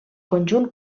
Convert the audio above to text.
conjunt